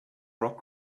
rock